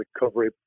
recovery